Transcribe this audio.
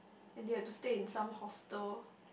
and they have to stay in some hostel